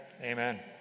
Amen